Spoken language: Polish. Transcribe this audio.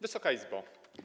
Wysoka Izbo!